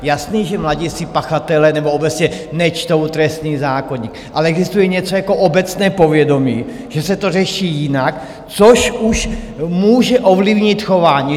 Jasně že mladiství pachatelé nebo obecně nečtou trestní zákoník, ale existuje něco jako obecné povědomí, že se to řeší jinak, což už může ovlivnit chování.